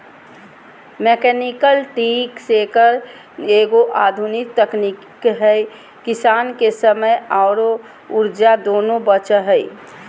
mechanical tree shaker एगो आधुनिक तकनीक है किसान के समय आरो ऊर्जा दोनों बचो हय